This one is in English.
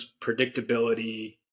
predictability